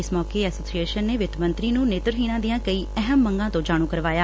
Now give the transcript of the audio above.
ਇਸ ਮੌਕੇ ਐਸੋਸੀਏਸ਼ਨ ਨੇ ਵਿੱਤ ਮੰਤਰੀ ਨੂੰ ਨੇਤਰਹੀਣਾਂ ਦੀਆਂ ਕਈ ਅਹਿਮ ਮੰਗਾਂ ਤੋਂ ਜਾਣੁ ਕਰਵਾਈਆ